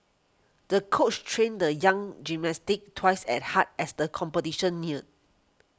the coach trained the young gymnast stick twice at hard as the competition neared